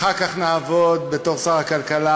אחר כך נעבוד, בתור שר הכלכלה,